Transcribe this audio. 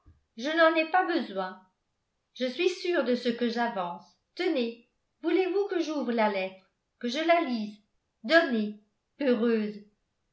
je n'en ai pas besoin je suis sûre de ce que j'avance tenez voulez-vous que j'ouvre la lettre que je la lise donnez peureuse